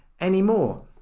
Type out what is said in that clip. anymore